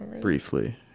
briefly